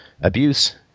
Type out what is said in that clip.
abuse